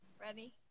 Ready